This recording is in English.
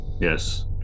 Yes